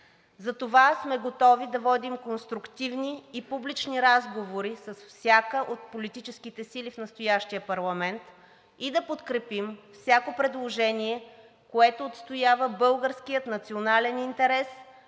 Затова сме готови да водим конструктивни и публични разговори с всяка от политическите сили в настоящия парламент и да подкрепим всяко предложение, което отстоява българския национален интерес,